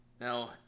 Now